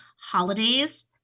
holidays